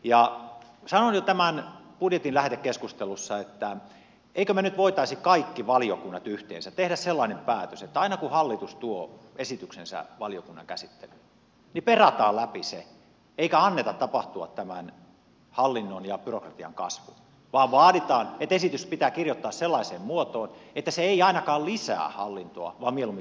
ja sanoin tämän jo budjetin lähetekeskustelussa että emmekö me nyt voisi kaikki valiokunnat yhdessä tehdä sellaisen päätöksen että aina kun hallitus tuo esityksensä valiokunnan käsittelyyn niin perataan läpi se eikä anneta tapahtua hallinnon ja byrokratian kasvua vaan vaaditaan että esitys pitää kirjoittaa sellaiseen muotoon että se ei ainakaan lisää hallintoa vaan mieluummin vähentää